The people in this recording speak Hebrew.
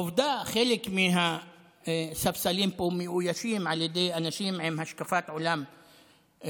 העובדה היא שחלק מהספסלים פה מאוישים על ידי אנשים עם השקפת עולם חשוכה,